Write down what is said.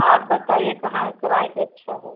आप बताइए कहाँ कराएँ कि अच्छा है